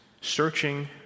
searching